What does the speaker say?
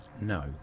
No